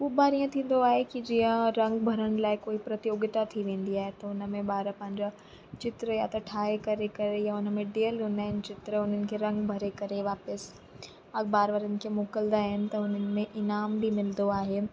खूब बार ईअं थींदो आहे की जीअं रंग भरण लाइ कोई प्रतियोगिता थी वेंदी आहे त उन में ॿार पंहिंजा चित्र या त ठाहे करे करे या उनमें ॾिनल हूंदा आहिनि चित्र उन्हनि खे रंग भरे करे वापिसि अखबार वारनि खे मोकिलिंदा आहिनि त उन्हनि में इनाम बि मिलंदो आहे